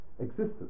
existence